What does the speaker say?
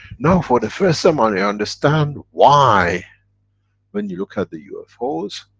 now for the first time are you understand why when you look at the ufos,